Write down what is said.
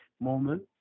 moment